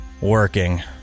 Working